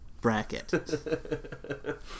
bracket